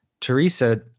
Teresa